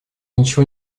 ничего